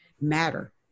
matter